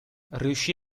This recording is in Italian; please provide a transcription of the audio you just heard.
riuscì